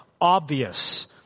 obvious